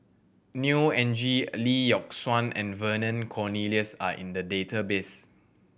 Neo Anngee Lee Yock Suan and Vernon Cornelius are in the database